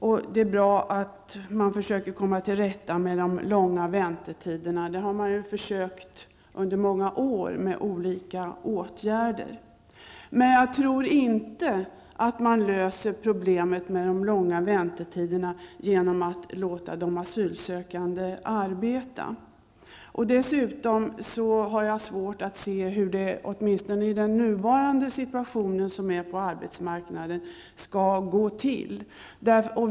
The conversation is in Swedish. Och det är bra att man försöker komma till rätta med de långa väntetiderna; det har man ju försökt under många år med olika åtgärder. Men jag tror inte att man löser problemet med de långa väntetiderna genom att låta de asylsökande arbeta. Dessutom har jag svårt att se hur det skall gå till, åtminstone i den nuvarande situationen på arbetsmarknaden.